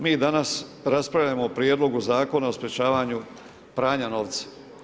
Mi danas raspravljamo o Prijedlogu zakona o sprečavanju pranja novca.